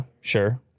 sure